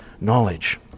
knowledge